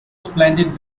splendid